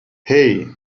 hei